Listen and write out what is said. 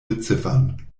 beziffern